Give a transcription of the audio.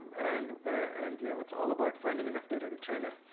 and and you know it's all about finding enough data to train it.